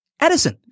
Edison